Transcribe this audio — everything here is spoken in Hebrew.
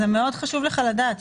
זה מאוד חשוב לך לדעת.